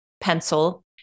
pencil